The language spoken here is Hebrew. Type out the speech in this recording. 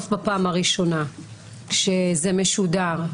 לחשוף בפעם הראשונה כשזה משודר,